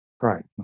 right